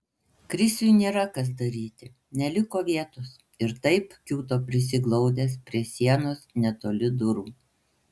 krisiui nėra kas daryti neliko vietos ir taip kiūto prisiglaudęs prie sienos netoli durų